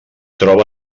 troba